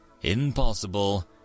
impossible